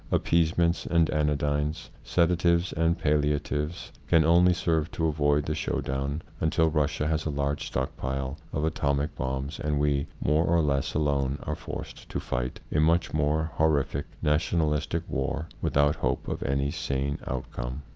ah peasements and anodynes, sedatives and palliatives can only serve to avoid the showdown until russia has a large stock-pile of atomic bombs and we, more or less alone, are forced to fight a much more horrific nationalistic war without hope of any sane out come.